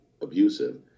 abusive